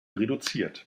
reduziert